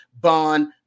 Bond